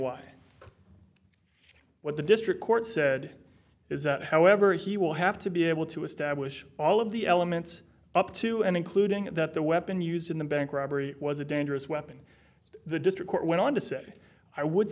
why what the district court said is that however he will have to be able to establish all of the elements up to and including that the weapon used in the bank robbery was a dangerous weapon the district court went on to say i would